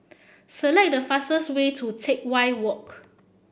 select the fastest way to Teck Whye Walk